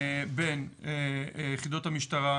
בין יחידות המשטרה,